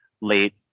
late